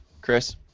Chris